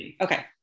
okay